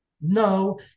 no